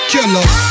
Killer